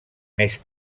més